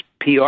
PR